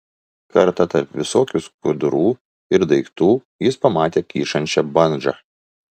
kartą tarp visokių skudurų ir daiktų jis pamatė kyšančią bandžą